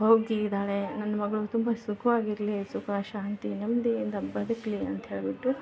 ಹೋಗಿದ್ದಾಳೆ ನನ್ನ ಮಗಳು ತುಂಬ ಸುಖವಾಗಿರ್ಲಿ ಸುಖ ಶಾಂತಿ ನೆಮ್ಮದಿಯಿಂದ ಬದುಕಲಿ ಅಂತ ಹೇಳಿಬಿಟ್ಟು